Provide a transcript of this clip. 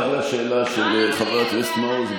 רק לגבי השאלה של חבר הכנסת מעוז,